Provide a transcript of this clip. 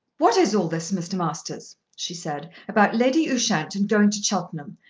what is all this, mr. masters, she said, about lady ushant and going to cheltenham?